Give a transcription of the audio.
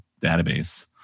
database